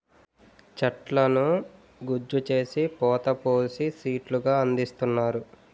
చెట్లను గుజ్జు చేసి పోత పోసి సీట్లు గా అందిస్తున్నారు